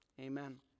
amen